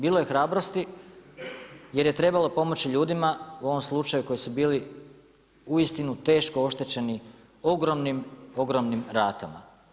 Bilo je hrabrosti jer je trebalo pomoći ljudima u ovom slučaju koji su bili uistinu teško oštećeni ogromnim, ogromnim ratama.